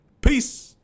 Peace